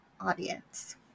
audience